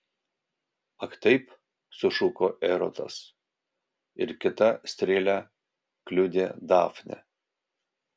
ak taip sušuko erotas ir kita strėle kliudė dafnę